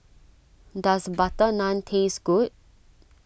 does Butter Naan taste good